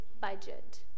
budget